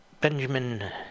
Benjamin